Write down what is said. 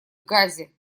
газе